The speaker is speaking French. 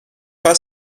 pas